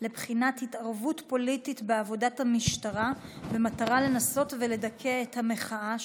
לבחינת התערבות פוליטית בעבודת המשטרה במטרה לנסות לדכא את המחאה,